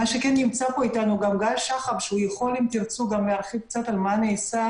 נמצא אתנו גם גל שחם שיכול אם תרצו להרחיב על מה נעשה